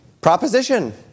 proposition